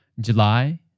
July